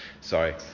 sorry